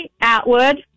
Atwood